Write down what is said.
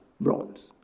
bronze